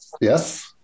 yes